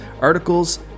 articles